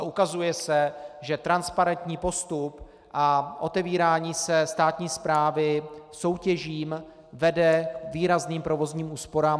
Ukazuje se, že transparentní postup a otevírání se státní správy soutěžím vede k výrazným provozním úsporám.